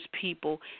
people